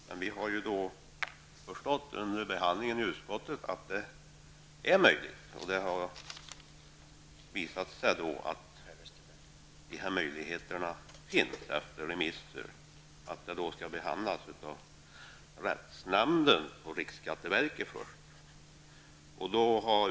Men vi har under behandlingen i utskottet förstått att det är möjligt. Det har visat sig efter remisser att de här möjligheterna finns, men att ärendet först skall behandlas av riksskatteverkets rättsnämnd.